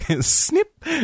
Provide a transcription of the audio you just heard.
snip